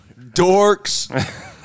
Dorks